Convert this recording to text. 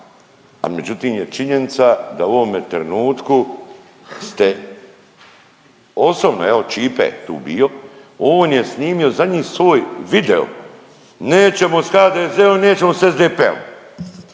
Ali međutim je činjenica da u ovome trenutku ste osobno evo Ćipe je tu bio, on je snimio zadnji svoj video, nećemo s HDZ-om, nećemo s SDP-om.